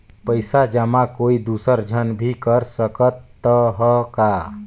पइसा जमा कोई दुसर झन भी कर सकत त ह का?